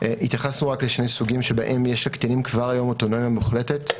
התייחסנו רק לשני סוגים שבהם יש לקטינים כבר היום אוטונומיה מוחלטת,